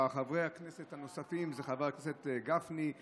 חברי הכנסת הנוספים הם חברי הכנסת גפני,